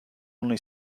only